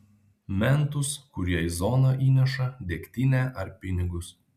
mentus kurie į zoną įneša degtinę ar pinigus